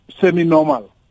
semi-normal